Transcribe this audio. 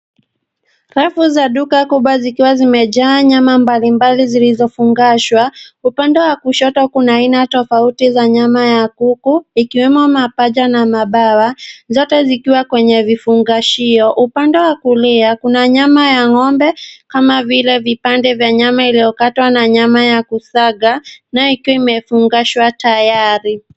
Rafu za duka kubwa zikiwa zimejaa nyama mbalimbali zilizofungashwa. Upande wa kushoto kuna aina tofauti za nyama ya kuku ikiwemo mapaja na mabawa, zote zikiwa kwenye vifungashio. Upande wa kulia, kuna nyama ya ng'ombe kama vile vipande vya nyama iliyokatwa na nyama ya kusaga nayo ikiwa imefungashwa tayari.